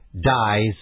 dies